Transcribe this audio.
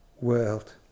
world